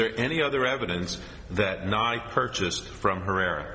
there any other evidence that not purchased from herrera